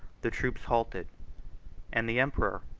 the troops halted and the emperor,